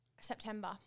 September